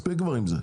מספיק כבר עם זה,